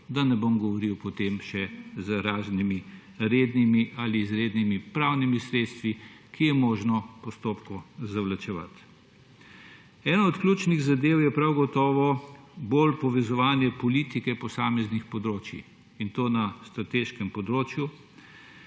Da ne bom govoril potem še o raznih rednih ali izrednih pravnih sredstvih, s katerimi je možno postopek zavlačevati. Ena od ključnih zadev je prav gotovo večje povezovanje politike posameznih področij, in to na strateškem področju.